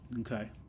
Okay